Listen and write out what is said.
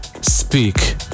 speak